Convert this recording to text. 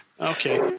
okay